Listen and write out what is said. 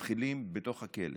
שמתחילים ללוות אותו בתוך הכלא